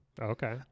Okay